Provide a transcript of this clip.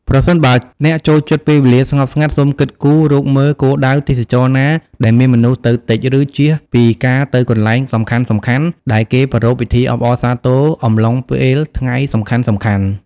ប្រសិនបើអ្នកចូលចិត្តពេលវេលាស្ងប់ស្ងាត់ សូមគិតគូររកមើលគោលដៅទេសចរណ៍ណាដែលមានមនុស្សទៅតិច ឬចៀសពីការទៅកន្លែងសំខាន់ៗដែលគេប្រារព្ធពីធីអបអរសាទរអំឡុងពេលថ្ងៃសំខាន់ៗ។